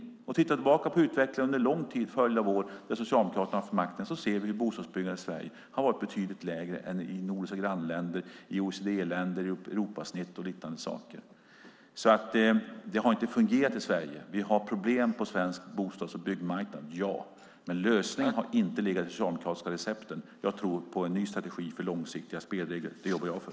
Om man tittar tillbaka på utvecklingen under en lång följd av år då Socialdemokraterna har haft makten ser vi hur bostadsbyggandet i Sverige har varit betydligt lägre än i våra nordiska grannländer, i OECD-länder, i Europasnittet och liknande. Det har inte fungerat i Sverige. Vi har problem på svensk bostads och byggmarknad - ja. Men lösningen har inte legat i de socialdemokratiska recepten. Jag tror på ny strategi för långsiktiga spelregler. Det jobbar jag för.